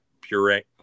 Puree